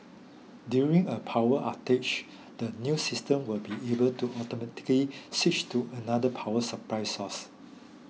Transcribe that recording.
during a power outage the new system will be able to automatically switch to another power supply source